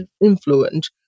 influence